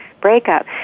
breakup